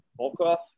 Volkov